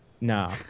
nah